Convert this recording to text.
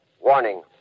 Warning